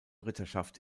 ritterschaft